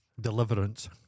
Deliverance